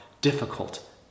difficult